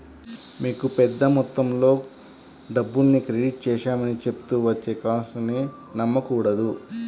మీకు పెద్ద మొత్తంలో డబ్బుల్ని క్రెడిట్ చేశామని చెప్తూ వచ్చే కాల్స్ ని నమ్మకూడదు